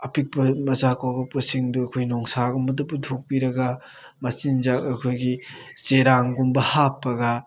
ꯑꯄꯤꯛꯄ ꯃꯆꯥ ꯀꯣꯛꯂꯛꯄꯁꯤꯡꯗꯨ ꯑꯩꯈꯣꯏ ꯅꯨꯡꯁꯥꯒꯨꯝꯕꯗ ꯄꯨꯊꯣꯛꯄꯤꯔꯒ ꯃꯆꯤꯟꯖꯥꯛ ꯑꯩꯈꯣꯏꯒꯤ ꯆꯦꯔꯥꯡꯒꯨꯝꯕ ꯍꯥꯞꯄꯒ